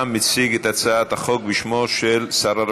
אני מזמין את מציג הצעת החוק, שר העבודה,